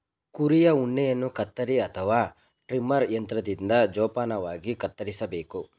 ಕುರಿಯ ಉಣ್ಣೆಯನ್ನು ಕತ್ತರಿ ಅಥವಾ ಟ್ರಿಮರ್ ಯಂತ್ರದಿಂದ ಜೋಪಾನವಾಗಿ ಕತ್ತರಿಸಬೇಕು